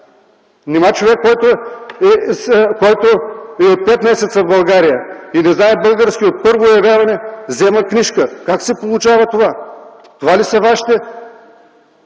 Нима човек, който е от пет месеца в България и не знае български, от първо явяване взема книжка? Как се получава това? Това ли е Вашата